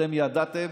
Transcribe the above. אתם ידעתם